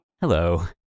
Hello